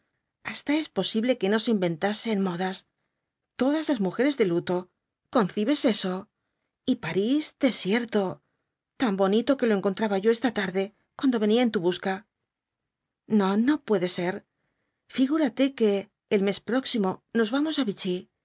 hasta es posible que no se inventasen modas todas las mujeres de luto concibes eso y parís desierto tan bonito que lo encontraba yo esta tarde cuando venía en tu busca no no puede ser figúrate que el mes próximo nos vamos á